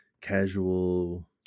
casual